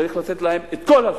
צריך לתת להם את כל הזכויות,